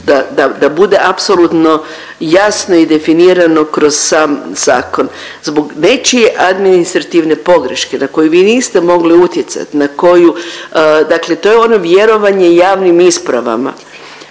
da bude apsolutno jasno i definirano kroz sam zakon. Zbog nečije administrativne pogreške na koju vi niste mogli utjecati na koju, dakle to je ono vjerovanje javnim ispravama